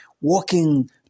walking